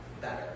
better